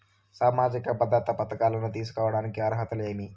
సామాజిక భద్రత పథకాలను తీసుకోడానికి అర్హతలు ఏమి?